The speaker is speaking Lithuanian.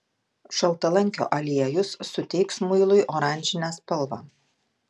šaltalankio aliejus suteiks muilui oranžinę spalvą